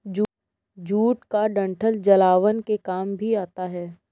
jute का डंठल जलावन के काम भी आता है